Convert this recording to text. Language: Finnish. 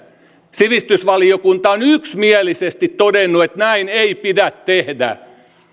sivistysvaliokunta on yksimielisesti todennut että näin ei pidä tehdä